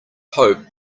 hope